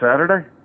Saturday